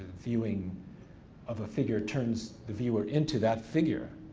viewing of a figure turns the viewer into that figure,